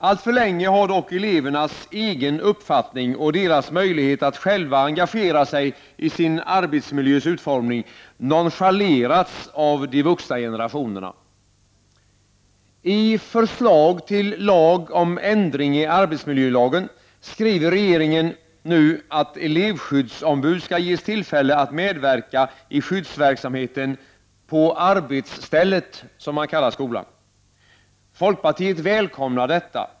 Alltför länge har dock elevernas egen uppfattning och deras möjlighet att själva engagera sig i sin arbetsmiljös utformning nonchalerats av de vuxna generationerna. I förslag till Lag om ändring i arbetsmiljölagen skriver regeringen att elevskyddsombud skall ges tillfälle att medverka i skyddsverksamheten ”på arbetsstället” — som man kallar skolan. Folkpartiet välkomnar detta.